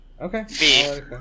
Okay